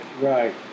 Right